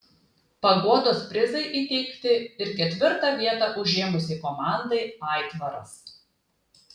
paguodos prizai įteikti ir ketvirtą vietą užėmusiai komandai aitvaras